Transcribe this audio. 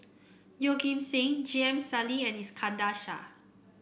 Yeoh Ghim Seng J M Sali and Iskandar Shah